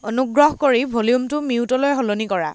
অনুগ্ৰহ কৰি ভ'ল্যুমটো মিউটলৈ সলনি কৰা